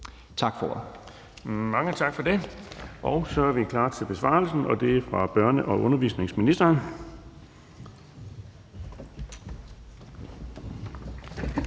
Mange tak for det. Så er vi klar til besvarelsen fra børne- og undervisningsministeren.